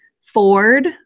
Ford